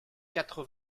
quatre